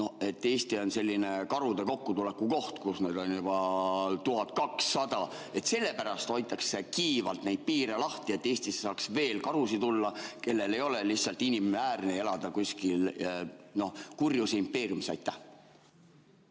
Eesti on selline karude kokkutuleku koht, kus neid on juba 1200. Kas sellepärast hoitakse kiivalt neid piire lahti, et Eestisse saaks veel karusid tulla, kellel ei ole lihtsalt inimväärne elada kuskil kurjuse impeeriumis?